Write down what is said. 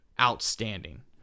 outstanding